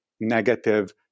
negative